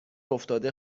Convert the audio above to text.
افتاده